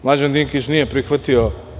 Mlađan Dinkić nije prihvatio.